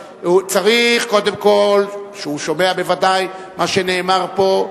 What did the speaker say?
קודם כול, המנכ"ל שומע בוודאי מה שנאמר פה,